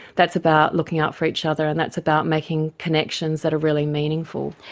that's about looking out for each other, and that's about making connections that are really meaningful.